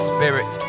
Spirit